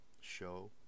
show